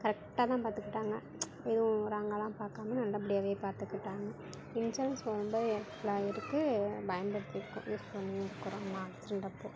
கரெக்டாக தான் பாத்துக்கிறாங்க எதுவும் ராங்காகலாம் பார்க்காம நல்லபடியாகவே பார்த்துக்கிட்டாங்க இன்சூரன்ஸ் போன டைம் எல்லாம் இருக்கு பயன்படுத்தியிருக்கோம் யூஸ் பண்ணி இருக்கிறோம் நான் அக்சிடெண்ட் அப்போது